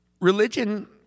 religion